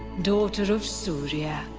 daughter of surya,